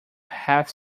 have